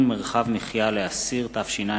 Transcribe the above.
הנני מתכבד להודיעכם, כי הונחו היום